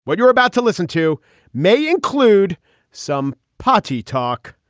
what you're about to listen to may include some party talk.